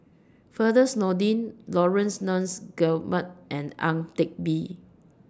Firdaus Nordin Laurence Nunns Guillemard and Ang Teck Bee